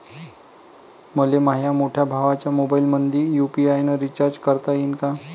मले माह्या मोठ्या भावाच्या मोबाईलमंदी यू.पी.आय न रिचार्ज करता येईन का?